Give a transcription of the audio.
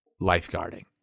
lifeguarding